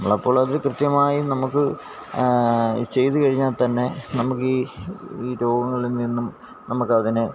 നമ്മളെ പോലെ ഉള്ളവർ കൃത്യമായും നമുക്ക് ചെയ്തുകഴിഞ്ഞാൽ തന്നെ നമുക്ക് ഈ ഈ രോഗങ്ങളിൽ നിന്നും നമുക്ക് അതിനെ